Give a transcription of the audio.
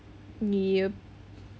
yup